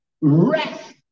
Rest